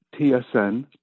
TSN